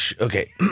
Okay